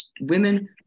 Women